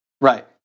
Right